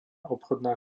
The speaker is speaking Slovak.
obchodná